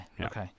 okay